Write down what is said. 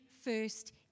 first